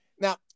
now